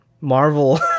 Marvel